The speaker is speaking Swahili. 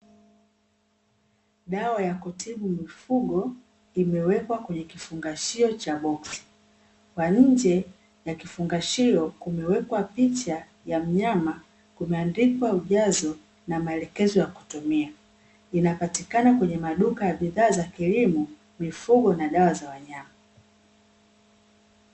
Dawa ya kutibu mifugo imewekwa kwenye kifungashio cha boksi kwa nje ya kifungashio kumewekwa picha ya mnyama, kumeandikwa ujazo na maelekezo ya kutumia inapatikana kwenye maduka ya bidhaa za kilimo, mifugo na dawa za wanyama.